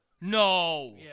No